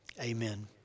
Amen